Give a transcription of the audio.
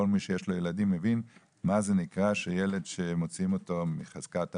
כל מי שיש לו ילדים מבין מה זה נקרא ילד שמוציאים אותו מחזקת ההורים.